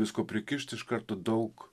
visko prikišt iš karto daug